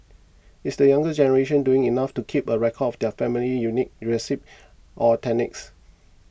is the younger generation doing enough to keep a record of their family's unique recipes or techniques